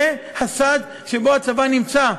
זה הסד שבו הצבא נמצא,